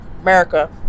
America